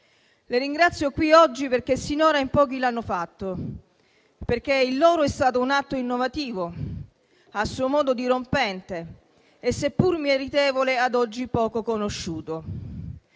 Le ringrazio qui oggi perché sinora in pochi l'hanno fatto, perché il loro è stato un atto innovativo, a suo modo dirompente e, seppur meritevole, ad oggi poco conosciuto.